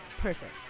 Perfect